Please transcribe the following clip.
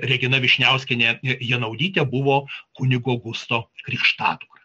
regina vyšniauskienė janaudytė buvo kunigo gusto krikštadukra